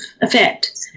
effect